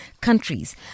countries